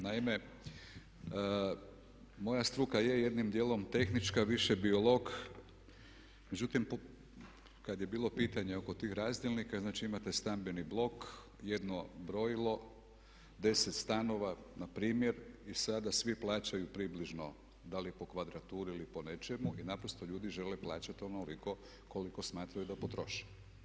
Naime, moja struka je jednim dijelom tehnička više biolog, međutim kad je bilo pitanje oko tih razdjelnika znači imate stambeni blok jedno brojilo 10 stanova npr. i sada svi plaćaju približno da li po kvadraturi ili po nečemu i naprosto ljudi žele plaćati onoliko koliko smatraju da potroše.